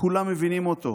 כולם מבינים אותו.